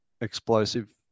explosive